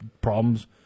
problems